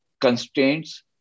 constraints